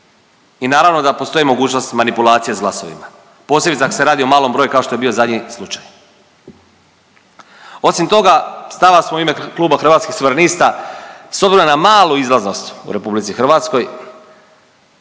I naravno da postoji mogućnost manipulacije sa glasovima posebice ako se radi o malom broju kao što je bio zadnji slučaj. Osim toga, stava smo u ime kluba Hrvatskih suverenista, s obzirom na malu izlaznost u RH da